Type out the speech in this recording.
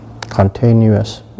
continuous